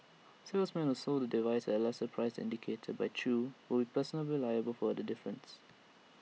salesmen who sold the devices at A lesser price than indicated by chew would be personally liable for the difference